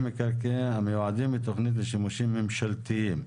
מקרקעין המיועדים לתוכנית ושימושים ממשלתיים,